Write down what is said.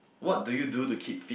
what do you do to keep fit